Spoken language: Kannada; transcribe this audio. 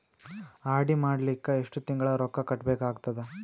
ಆರ್.ಡಿ ಮಾಡಲಿಕ್ಕ ಎಷ್ಟು ತಿಂಗಳ ರೊಕ್ಕ ಕಟ್ಟಬೇಕಾಗತದ?